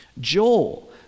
Joel